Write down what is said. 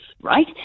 right